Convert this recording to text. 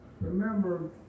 Remember